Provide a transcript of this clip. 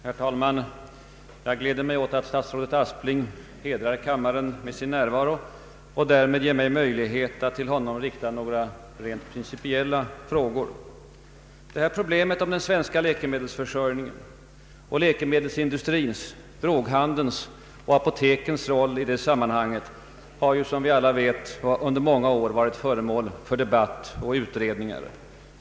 Herr talman! Jag gläder mig åt att statsrådet Aspling hedrar kammaren med sin närvaro och därmed ger mig möjlighet att till honom rikta några principiella frågor. Problemet om den svenska läkemedelsförsörjningen och läkemedelsindustrins, droghandelns och apotekens roll i det sammanhanget har som vi alla vet under många år varit föremål för debatt och utredningar.